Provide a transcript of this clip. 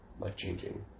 life-changing